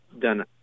done